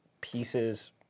pieces